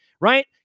Right